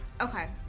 Okay